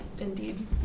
indeed